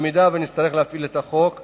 אם נצטרך להפעיל את החוק בהמשך.